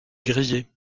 grillée